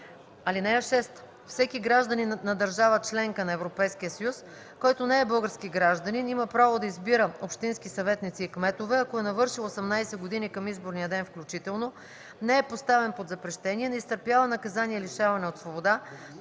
място. (6) Всеки гражданин на държава – членка на Европейския съюз, който не е български гражданин, има право да избира общински съветници и кметове, ако е навършил 18 години към изборния ден включително, не е поставен под запрещение, не изтърпява наказание лишаване от свобода,